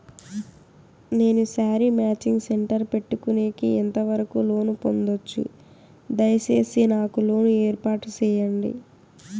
నేను sari matching centre పెట్టుకునేకి ఎంత వరకు లోను పొందొచ్చు? దయసేసి నాకు లోను ఏర్పాటు సేయండి?